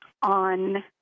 On